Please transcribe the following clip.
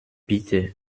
bitte